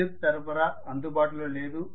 విద్యుత్ సరఫరా అందుబాటులో లేదు